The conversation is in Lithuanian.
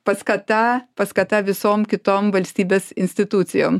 paskata paskata visom kitom valstybės institucijom